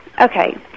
Okay